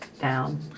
down